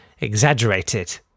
Exaggerated